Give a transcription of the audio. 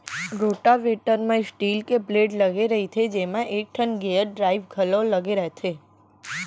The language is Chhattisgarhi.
रोटावेटर म स्टील के ब्लेड लगे रइथे जेमा एकठन गेयर ड्राइव घलौ लगे रथे